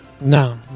No